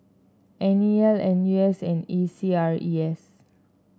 N E L N U S and A C R E S